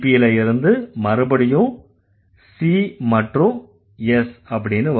CP ல இருந்து மறுபடியும் C மற்றும் S அப்படின்னு வரும்